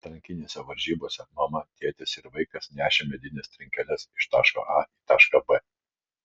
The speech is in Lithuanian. atrankinėse varžybose mama tėtis ir vaikas nešė medines trinkeles iš taško a į tašką b